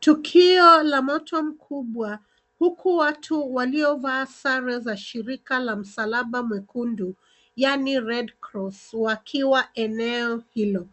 Tukio la moto mkubwa, huku watu waliovaa sare za shirika la msalaba mwekundu, yaani Red Cross, wakiwa eneo hilo.